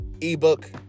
ebook